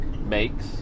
makes